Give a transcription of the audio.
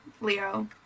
Leo